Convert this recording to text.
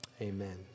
Amen